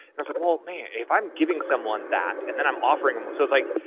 i was like, well man, if i'm giving someone that and then i'm offering them, so it's like,